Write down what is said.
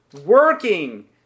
working